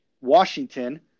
Washington